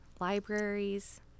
libraries